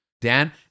Dan